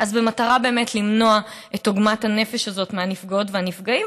אז במטרה למנוע את עוגמת הנפש הזאת מהנפגעות והנפגעים